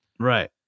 Right